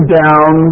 down